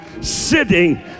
sitting